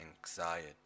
anxiety